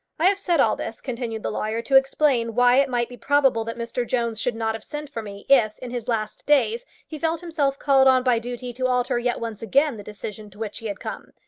i have said all this, continued the lawyer, to explain why it might be probable that mr jones should not have sent for me, if, in his last days, he felt himself called on by duty to alter yet once again the decision to which he had come.